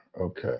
Okay